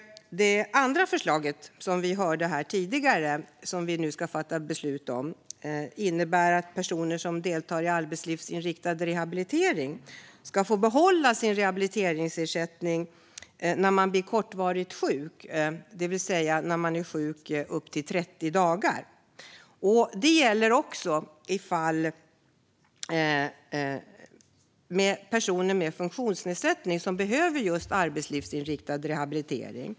Det andra förslaget som vi nu ska fatta beslut om innebär, som vi hörde här tidigare, att personer som deltar i arbetslivsinriktad rehabilitering ska få behålla sin rehabiliteringsersättning vid kortvarig sjukdom, det vill säga när man är sjuk upp till 30 dagar. Det gäller också i flera fall personer med funktionsnedsättning som behöver just arbetslivsinriktad rehabilitering.